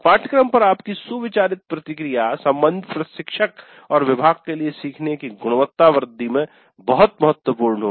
पाठ्यक्रम पर आपकी सुविचारित प्रतिक्रिया संबंधित प्रशिक्षक और विभाग के लिए सीखने की गुणवत्ता वृद्धि में बहुत महत्वपूर्ण होगी